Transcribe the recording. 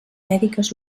mèdiques